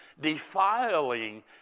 defiling